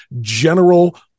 general